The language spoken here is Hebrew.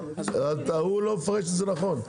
הוא לא מפרש את זה נכון.